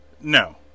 No